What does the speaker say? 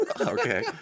Okay